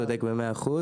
צודק במאה אחוז.